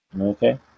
Okay